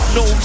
no